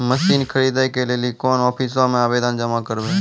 Machine खरीदै के लेली कोन आफिसों मे आवेदन जमा करवै?